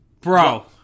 Bro